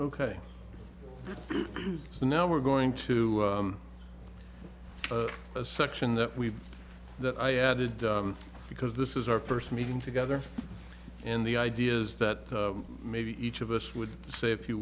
ok so now we're going to a section that we that i added because this is our first meeting together and the idea is that maybe each of us would say a few